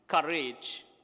courage